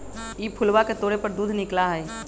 ई फूलवा के तोड़े पर दूध निकला हई